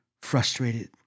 frustrated